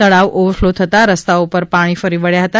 તળાવ ઓવરફલો થતા રસ્તાઓ પર પાણી ફરી વળ્યા હતા